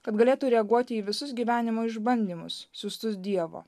kad galėtų reaguoti į visus gyvenimo išbandymus siųstus dievo